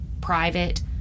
private